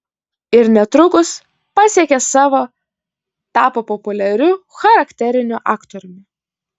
ir netrukus pasiekė savo tapo populiariu charakteriniu aktoriumi